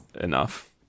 enough